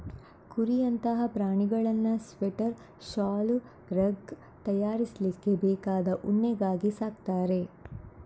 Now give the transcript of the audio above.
ಕುರಿಯಂತಹ ಪ್ರಾಣಿಗಳನ್ನ ಸ್ವೆಟರ್, ಶಾಲು, ರಗ್ ತಯಾರಿಸ್ಲಿಕ್ಕೆ ಬೇಕಾದ ಉಣ್ಣೆಗಾಗಿ ಸಾಕ್ತಾರೆ